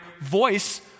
voice